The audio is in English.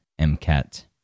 MCAT